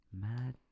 Mad